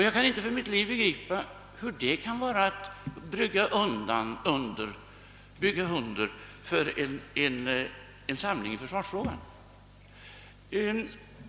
Jag kan inte för mitt liv begripa hur detta angrepp kan vara att bygga upp en samling i försvarsfrågan.